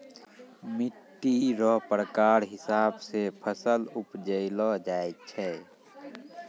मिट्टी रो प्रकार हिसाब से फसल उपजैलो जाय छै